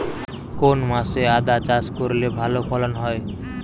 কোন মাসে আদা চাষ করলে ভালো ফলন হয়?